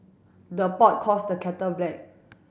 the pot calls the kettle black